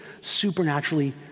supernaturally